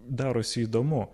darosi įdomu